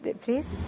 please